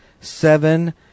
Seven